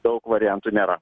daug variantų nėra